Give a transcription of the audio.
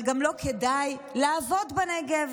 אבל גם לא כדאי לעבוד בנגב,